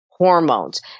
Hormones